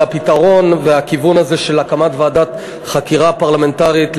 אבל הפתרון והכיוון הזה של הקמת ועדת חקירה פרלמנטרית,